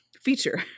feature